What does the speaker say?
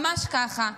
ממש ככה.